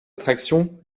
attraction